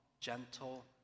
gentle